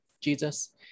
Jesus